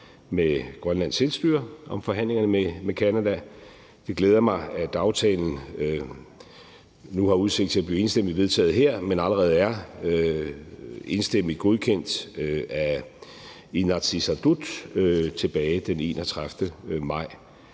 med Grønlands Selvstyre om forhandlingerne med Canada. Det glæder mig, at aftalen nu har udsigt til at blive enstemmigt vedtaget her, men allerede er enstemmigt godkendt af Inatsisartut tilbage den 31. maj.